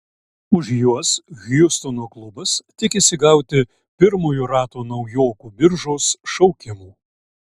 už juos hjustono klubas tikisi gauti pirmojo rato naujokų biržos šaukimų